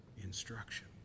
instruction